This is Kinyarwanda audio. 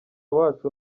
wacu